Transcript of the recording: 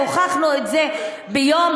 והוכחנו את זה ביום